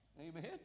amen